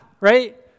right